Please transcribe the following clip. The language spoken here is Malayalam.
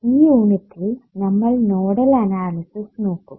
ഈ യൂണിറ്റിൽ നമ്മൾ നോഡൽ അനാലിസിസ് നോക്കും